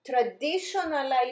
traditional